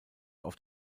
auf